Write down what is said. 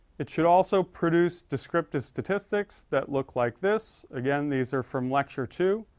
it should also produce descriptive statistics that look like this. again, these are from lecture two.